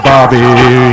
Bobby